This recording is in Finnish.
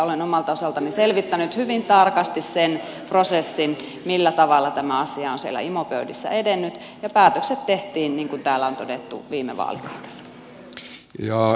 olen omalta osaltani selvittänyt hyvin tarkasti sen prosessin millä tavalla tämä asia on siellä imo pöydissä edennyt ja päätökset tehtiin niin kuin täällä on todettu viime vaalikaudella